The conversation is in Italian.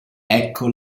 ecco